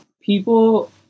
people